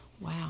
Wow